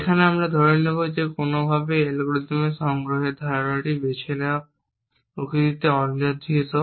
এখানে আমরা ধরে নেব যে কোনওভাবে এই অ্যালগরিদমের সংগ্রহের ধারাটি বেছে নেওয়া প্রকৃতিতে অনির্ধারিত